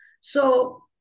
So-